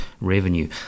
Revenue